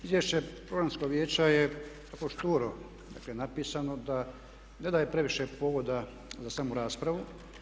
Izvješće programskog vijeća je jako šturo dakle napisano da ne daje previše povoda za samu raspravu.